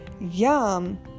Yum